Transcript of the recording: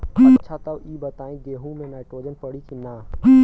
अच्छा त ई बताईं गेहूँ मे नाइट्रोजन पड़ी कि ना?